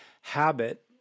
habit